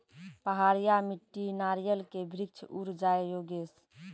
पहाड़िया मिट्टी नारियल के वृक्ष उड़ जाय योगेश?